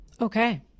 okay